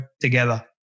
together